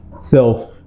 self